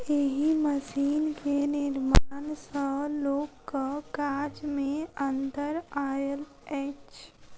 एहि मशीन के निर्माण सॅ लोकक काज मे अन्तर आयल अछि